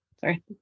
Sorry